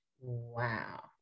Wow